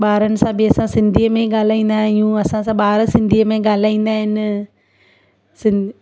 ॿारनि सां बि असां सिंधीअ में ई ॻाल्हाईंदा आहियूं असांसां ॿार सिंधीअ में ॻाल्हाईंदा आहिनि सिंध